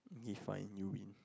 define you in